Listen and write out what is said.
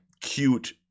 cute